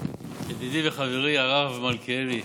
ידידי וחברי הרב מלכיאלי,